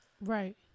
right